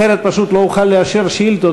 אחרת פשוט לא אוכל לאשר שאילתות,